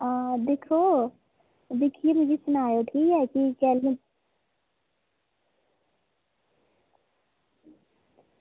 आं दिक्खो दिक्खियै मिगी सनाओ भी कैलूं